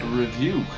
review